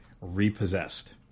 repossessed